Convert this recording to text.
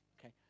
okay